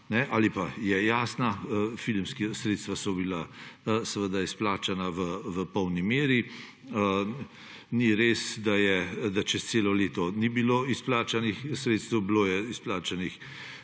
oziroma je jasna. Filmska sredstva so bila seveda izplačana v polni meri. Ni res, da čez celo leto ni bilo izplačanih sredstev, izplačano